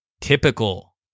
Typical